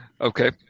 Okay